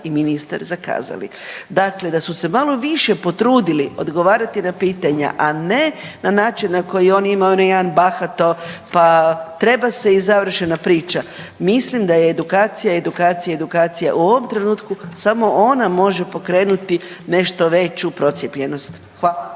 i ministar zakazali. Dakle da su se malo više potrudili odgovarati na pitanja, a ne na način na koji on ima onaj jedan bahato pa, treba se i završena priča. Mislim da je edukacija, edukacija i edukacija u ovom trenutku. Samo ona može pokrenuti nešto veću procijepljenost. Hvala.